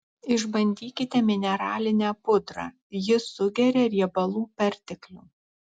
išbandykite mineralinę pudrą ji sugeria riebalų perteklių